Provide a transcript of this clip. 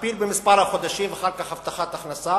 תכפיל במספר החודשים ואחר כך הבטחת הכנסה,